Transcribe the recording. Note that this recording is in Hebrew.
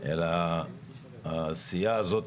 אלא העשייה הזאת,